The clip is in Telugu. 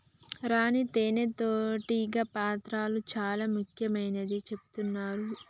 రాణి తేనే టీగ పాత్ర చాల ముఖ్యమైనదని చెబుతున్నరు